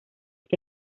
que